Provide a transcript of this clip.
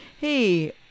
hey